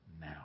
now